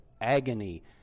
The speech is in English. agony